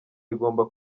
rigomba